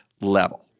level